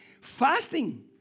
Fasting